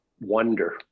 wonder